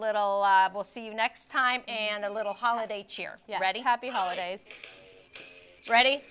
little we'll see you next time and a little holiday cheer you ready happy holidays ready